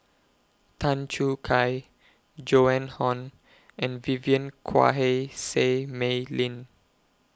Tan Choo Kai Joan Hon and Vivien Quahe Seah Mei Lin